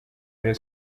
rayon